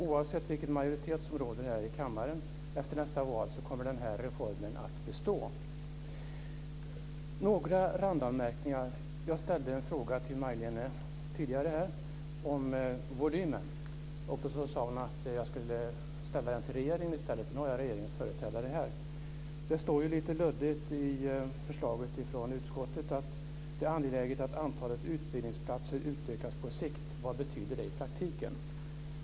Oavsett vilken majoritet som råder här i kammaren efter nästa val kommer den här reformen att bestå. Några randanmärkningar. Jag ställde en fråga till Majléne tidigare om volymen. Då sade hon att jag skulle ställa den till regeringen i stället. Nu har jag regeringens företrädare här. Det står lite luddigt i förslaget från utskottet att det är angeläget att antalet utbildningsplatser utökas på sikt. Vad betyder det i praktiken?